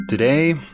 Today